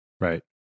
Right